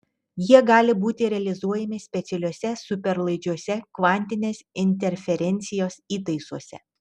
jie gali būti realizuojami specialiuose superlaidžiuose kvantinės interferencijos įtaisuose